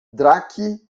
drake